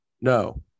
No